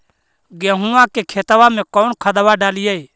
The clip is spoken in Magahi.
गेहुआ के खेतवा में कौन खदबा डालिए?